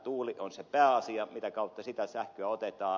tuuli on se pääasia mitä kautta sitä sähköä otetaan